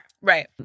Right